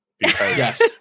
Yes